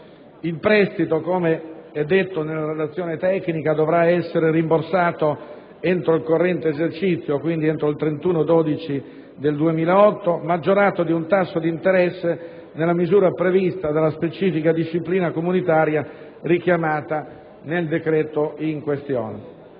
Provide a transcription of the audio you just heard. Il prestito - com'è evidenziato nella relazione tecnica - dovrà essere rimborsato entro il corrente esercizio (quindi entro il 31 dicembre 2008), maggiorato di un tasso di interesse nella misura prevista dalla specifica disciplina comunitaria richiamata nel decreto-legge in questione.